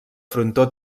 frontó